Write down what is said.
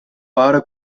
para